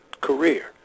career